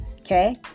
Okay